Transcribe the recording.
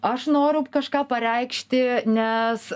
aš noriu kažką pareikšti nes